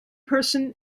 person